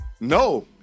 No